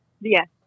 Yes